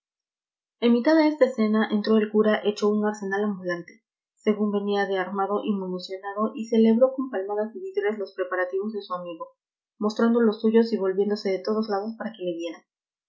en mitad de esta escena entró el cura hecho un arsenal ambulante según venía de armado y municionado y celebró con palmadas y vítores los preparativos de su amigo mostrando los suyos y volviéndose de todos lados para que le vieran